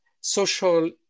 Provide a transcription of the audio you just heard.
social